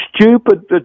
stupid